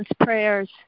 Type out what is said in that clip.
prayers